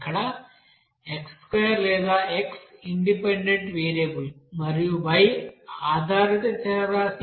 ఇక్కడ x2 లేదా x independent variable మరియు y ఆధారిత చరరాశి